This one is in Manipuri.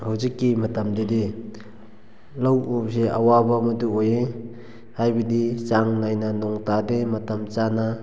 ꯍꯧꯖꯤꯛꯀꯤ ꯃꯇꯝꯗꯗꯤ ꯂꯧ ꯎꯕꯁꯤ ꯑꯋꯥꯕ ꯑꯃꯗꯨ ꯑꯣꯏꯌꯦ ꯍꯥꯏꯕꯗꯤ ꯆꯥꯡ ꯅꯥꯏꯅ ꯅꯣꯡ ꯇꯥꯗꯦ ꯃꯇꯝ ꯆꯥꯅ